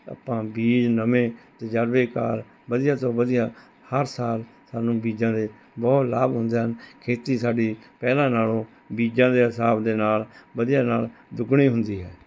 ਆਪਾਂ ਬੀਜ ਨਵੇਂ ਤਜਰਬੇਕਾਰ ਵਧੀਆ ਤੋਂ ਵਧੀਆ ਹਰ ਸਾਲ ਸਾਨੂੰ ਬੀਜਾਂ ਦੇ ਬਹੁਤ ਲਾਭ ਹੁੰਦੇ ਹਨ ਖੇਤੀ ਸਾਡੀ ਪਹਿਲਾਂ ਨਾਲੋਂ ਬੀਜਾਂ ਦੇ ਹਿਸਾਬ ਦੇ ਨਾਲ ਵਧੀਆ ਨਾਲ ਦੁੱਗਣੀ ਹੁੰਦੀ ਹੈ